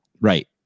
Right